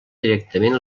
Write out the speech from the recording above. directament